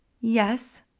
yes